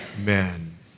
Amen